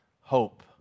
hope